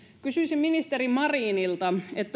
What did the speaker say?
kysyisin ministeri marinilta